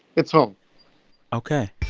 it's home ok